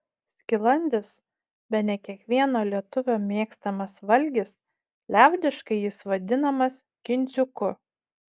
skilandis bene kiekvieno lietuvio mėgstamas valgis liaudiškai jis vadinamas kindziuku